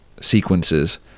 sequences